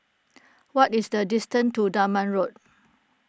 what is the distance to Dunman Road